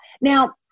Now